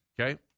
Okay